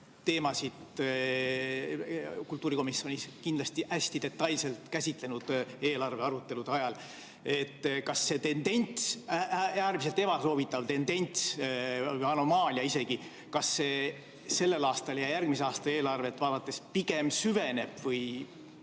teemasid kultuurikomisjonis kindlasti hästi detailselt käsitlenud eelarve arutelude ajal. Kas see tendents – äärmiselt ebasoovitav tendents, isegi anomaalia – tundub selle aasta ja järgmise aasta eelarvet vaadates pigem süvenevat või